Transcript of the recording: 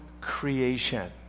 creation